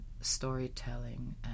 Storytelling